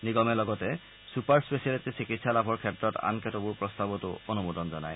নিগমে লগতে super speciality চিকিৎসা লাভৰ ক্ষেত্ৰত আন কেতবোৰ প্ৰস্তাৱতো অনুমোদন জনায়